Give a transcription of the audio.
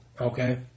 Okay